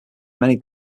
many